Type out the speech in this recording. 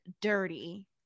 dirty